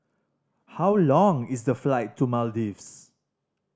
how long is the flight to Maldives